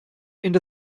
into